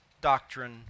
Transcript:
doctrine